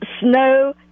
Snow